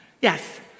yes